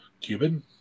Cuban